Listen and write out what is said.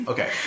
Okay